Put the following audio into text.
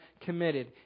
committed